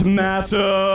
matter